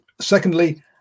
Secondly